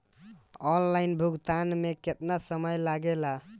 Online भुगतान में केतना समय लागेला?